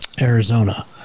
Arizona